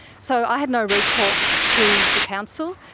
so i had no recourse through the council.